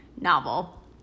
novel